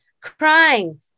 crying